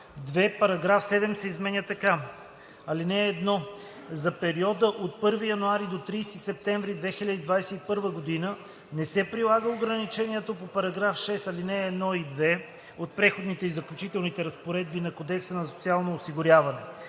„2. § 7 се изменя така: „(1) За периода от 1 януари до 30 септември 2021 г. не се прилага ограничението по § 6, ал. 1 и 2 от преходните и заключителните разпоредби на Кодекса за социално осигуряване.